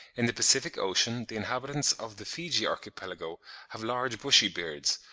in the pacific ocean the inhabitants of the fiji archipelago have large bushy beards,